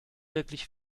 wirklich